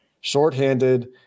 shorthanded